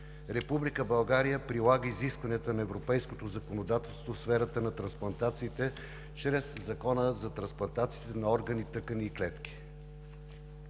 Република България прилага изискванията на европейското законодателство в сферата на трансплантациите чрез Закона за трансплантация на органи, тъкани и клетки.